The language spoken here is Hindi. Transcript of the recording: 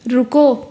रुको